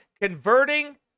converting